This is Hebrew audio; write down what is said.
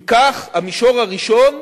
אם כך, המישור הראשון,